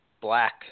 black